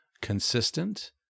consistent